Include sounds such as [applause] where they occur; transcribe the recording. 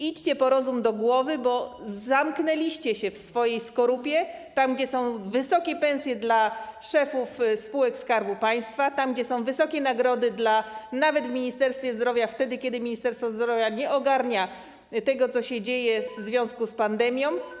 Idźcie po rozum do głowy, bo zamknęliście się w swojej skorupie, tam gdzie są wysokie pensje dla szefów spółek Skarbu Państwa, tam gdzie są wysokie nagrody - nawet w Ministerstwie Zdrowia wtedy, kiedy Ministerstwo Zdrowia nie ogarnia tego, co się dzieje [noise] w związku z pandemią.